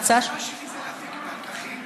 ההצעה, המטרה שלי היא להפיק את הלקחים